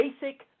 basic